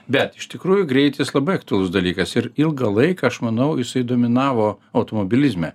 bet iš tikrųjų greitis labai aktualus dalykas ir ilgą laiką aš manau jisai dominavo automobilizme